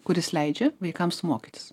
kuris leidžia vaikams mokytis